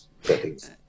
settings